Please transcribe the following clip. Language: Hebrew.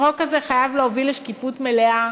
החוק הזה חייב להוביל לשקיפות מלאה